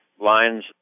lines